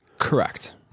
Correct